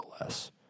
less